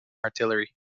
artillery